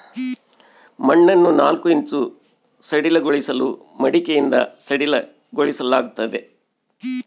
ಮಣ್ಣನ್ನು ನಾಲ್ಕು ಇಂಚು ಸಡಿಲಗೊಳಿಸಲು ಮಡಿಕೆಯಿಂದ ಸಡಿಲಗೊಳಿಸಲಾಗ್ತದೆ